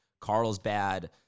Carlsbad